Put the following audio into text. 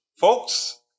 Folks